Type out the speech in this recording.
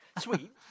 sweet